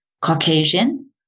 Caucasian